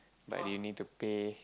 but they need to pay